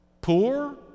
Poor